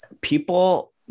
people